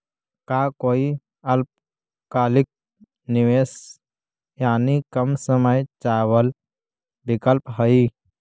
का कोई अल्पकालिक निवेश यानी कम समय चावल विकल्प हई?